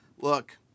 Look